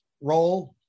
role